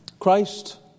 Christ